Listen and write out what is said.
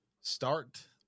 Start